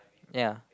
ya